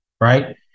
right